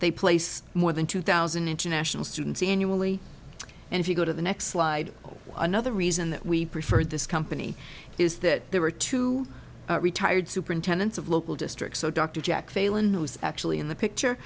they place more than two thousand international students annually and if you go to the next slide another reason that we preferred this company is that there were two retired superintendents of local districts so dr jack failon who is actually in the picture